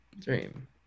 Dream